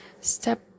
Step